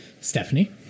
Stephanie